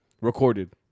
Recorded